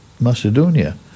Macedonia